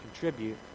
contribute